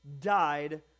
died